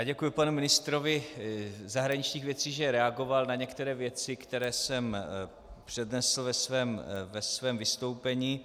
Děkuji panu ministrovi zahraničních věcí, že reagoval na některé věci, které jsem přednesl ve svém vystoupení.